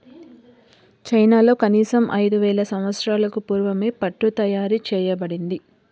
చైనాలో కనీసం ఐదు వేల సంవత్సరాలకు పూర్వమే పట్టు తయారు చేయబడింది